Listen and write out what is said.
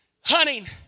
hunting